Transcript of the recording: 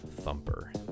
thumper